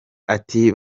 ati